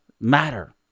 matter